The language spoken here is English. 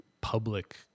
public